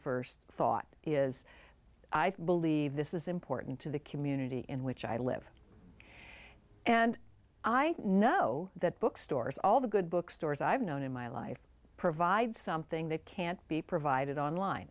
first thought is i believe this is important to the community in which i live and i know that book stores all the good bookstores i've known in my life provide something that can't be provided online